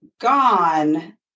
gone